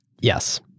Yes